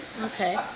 Okay